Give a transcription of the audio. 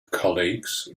colleagues